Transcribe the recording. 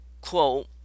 quote